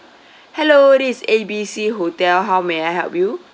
hello this is A B C hotel how may I help you